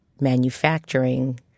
manufacturing